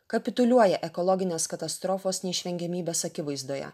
kapituliuoja ekologinės katastrofos neišvengiamybės akivaizdoje